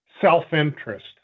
self-interest